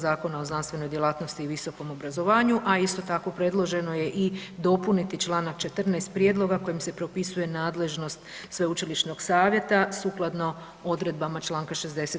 Zakona o znanstvenoj djelatnosti i visokom obrazovanju, a isto tako predloženo je i dopuniti čl. 14. prijedloga kojim se propisuje nadležnost sveučilišnog savjeta sukladno odredbama čl. 60.